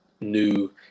new